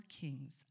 kings